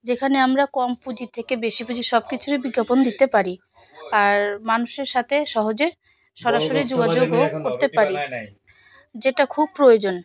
যেখানে আমরা কম পুঁজি থেকে বেশি পুঁজি সব কিছুরই বিজ্ঞাপন দিতে পারি আর মানুষের সাথে সহজে সরাসরি যোগাযোগও করতে পারি যেটা খুব প্রয়োজন